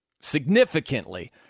significantly